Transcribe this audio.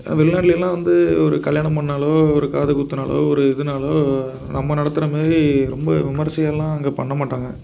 வெளிநாட்டிலலாம் வந்து ஒரு கல்யாணம் பண்ணாலோ ஒரு காது குத்தினாலோ ஒரு இதுனாலோ நம்ம நடத்துகிற மாரி ரொம்ப விமர்சையாலாம் அங்கே பண்ண மாட்டாங்க